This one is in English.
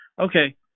Okay